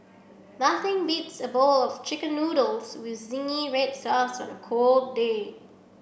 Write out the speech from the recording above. nothing beats a bowl of chicken noodles with zingy red sauce on a cold day